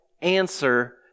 answer